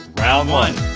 round one.